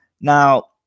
Now